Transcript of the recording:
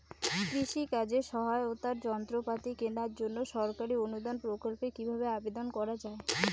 কৃষি কাজে সহায়তার যন্ত্রপাতি কেনার জন্য সরকারি অনুদান প্রকল্পে কীভাবে আবেদন করা য়ায়?